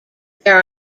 there